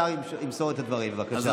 השר ימסור את הדברים, בבקשה.